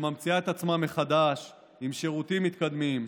שממציאה את עצמה מחדש עם שירותים מתקדמים,